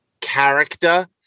character